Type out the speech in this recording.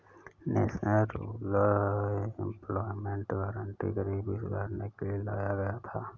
national rural employment guarantee गरीबी सुधारने के लिए लाया गया था